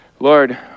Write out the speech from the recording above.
Lord